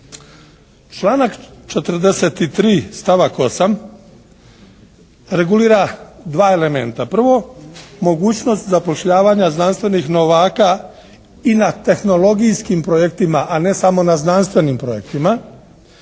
stavak 8. regulira dva elementa. Prvo, mogućnost zapošljavanja znanstvenih novaka i na tehnologijskim projektima, a ne samo na znanstvenim projektima.